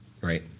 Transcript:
Right